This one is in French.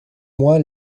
moi